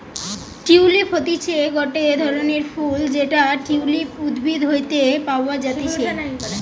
tulip হতিছে গটে ধরণের ফুল যেটা টিউলিপ উদ্ভিদ হইতে পাওয়া যাতিছে